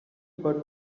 but